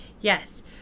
Yes